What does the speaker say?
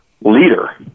leader